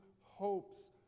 hopes